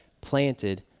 planted